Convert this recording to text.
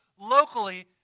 locally